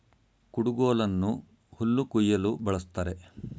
ಕುಡುಗೋಲನ್ನು ಹುಲ್ಲು ಕುಯ್ಯಲು ಬಳ್ಸತ್ತರೆ